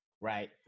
right